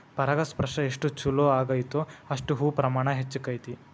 ಪರಾಗಸ್ಪರ್ಶ ಎಷ್ಟ ಚುಲೋ ಅಗೈತೋ ಅಷ್ಟ ಹೂ ಪ್ರಮಾಣ ಹೆಚ್ಚಕೈತಿ